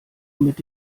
mit